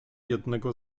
jednego